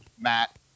Matt